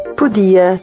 podia